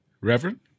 Reverend